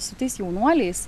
su tais jaunuoliais